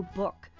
book